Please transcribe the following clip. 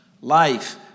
life